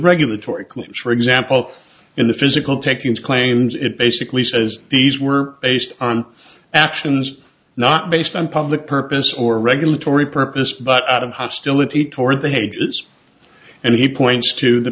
regulatory claims for example in the physical takings claims it basically says these were based on actions not based on public purpose or regulatory purpose but out of hostility toward the ages and he points to the